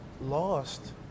lost